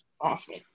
Awesome